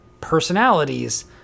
personalities